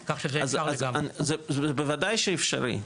זה בוודאי שאפשרי,